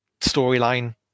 storyline